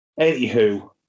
Anywho